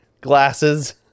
glasses